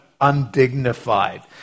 undignified